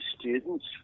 students